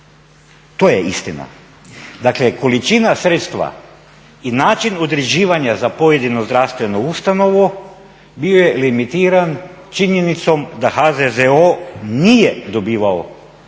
To je istina. Dakle, količina sredstva i način određivanja za pojedinu zdravstvenu ustanovu bio je limitiran činjenicom da HZZO nije dobivao